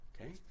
Okay